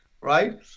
right